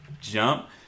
Jump